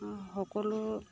সকলো